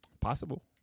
Possible